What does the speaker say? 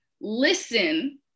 listen